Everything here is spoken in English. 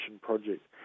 project